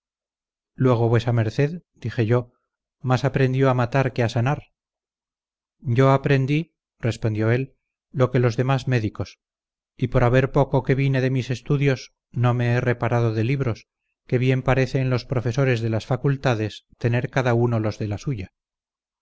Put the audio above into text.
luego vuesa merced dije yo más aprendió a matar que a sanar yo aprendí respondió él lo que los demás médicos y por haber poco que vine de mis estudios no me he reparado de libros que bien parece en los profesores de las facultades tener cada uno los de la suya